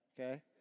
okay